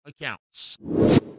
Accounts